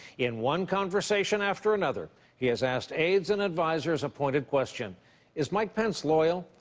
in one conversation after another, he has asked aides and advisers a pointed question is mike pence loyal?